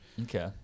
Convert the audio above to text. okay